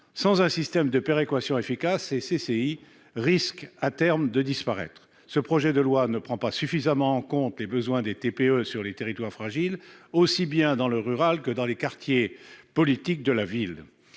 Sans un système de péréquation efficace, ces CCI risquent à terme de disparaître. Le projet de loi ne prend pas suffisamment en compte les besoins des très petites entreprises, les TPE, sur les territoires fragiles, aussi bien dans le rural que dans les quartiers de la politique de la ville.